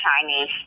Chinese